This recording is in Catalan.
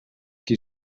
qui